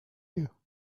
you